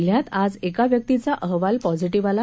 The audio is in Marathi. जिल्ह्यात आज एका व्यक्तीचा अहवाल पॉझिटिव्ह आला